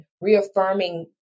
reaffirming